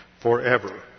forever